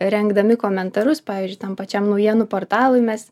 rengdami komentarus pavyzdžiui tam pačiam naujienų portalui mes